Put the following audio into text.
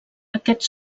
aquests